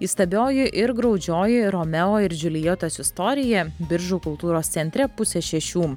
įstabioji ir graudžioji romeo ir džiuljetos istorija biržų kultūros centre pusė šešių